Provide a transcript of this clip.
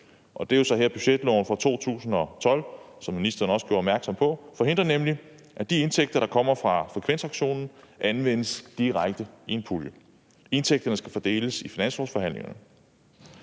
det er jo så her, budgetloven fra 2012, som ministeren også gjorde opmærksom på, forhindrer, at de indtægter, der kommer fra frekvensauktionen, anvendes direkte i en pulje. Indtægterne skal fordeles i finanslovsforhandlingerne.